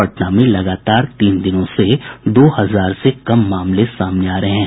पटना में लगातार तीन दिनों से दो हजार से कम मामले सामने आ रहे हैं